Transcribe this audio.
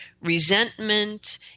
resentment